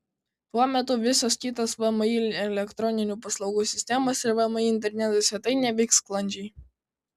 tuo metu visos kitos vmi elektroninių paslaugų sistemos ir vmi interneto svetainė veiks sklandžiai